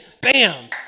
bam